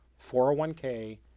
401k